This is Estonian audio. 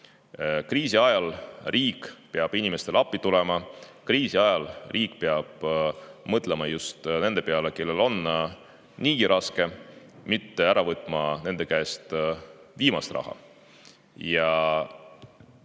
Kriisi ajal peab riik inimestele appi tulema, kriisi ajal peab riik mõtlema just nende peale, kellel on niigi raske, mitte võtma nende käest ära viimast raha.